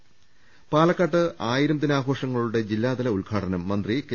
്് പാലക്കാട്ട് ആയിരം ദിനാഘോഷങ്ങളുടെ ജില്ലാതല ഉദ്ഘാടനം മന്ത്രി കെ